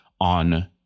on